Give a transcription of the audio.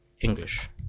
English